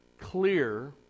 clear